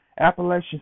Appalachian